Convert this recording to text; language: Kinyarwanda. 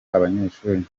abanyeshuri